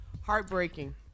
heartbreaking